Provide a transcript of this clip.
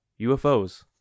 UFOs